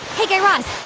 hey, guy raz,